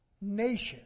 nation